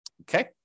okay